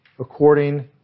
according